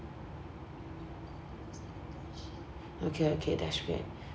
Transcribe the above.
okay okay that's great